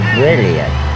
brilliant